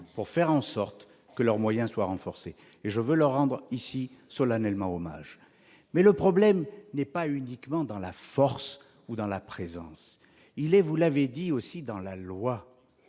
pour faire en sorte que leurs moyens soient renforcés, et je veux leur rendre solennellement hommage. Cependant, le problème n'est pas uniquement dans la force ou dans la présence. Il est, vous l'avez dit, aussi dans la loi.